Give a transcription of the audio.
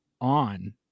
on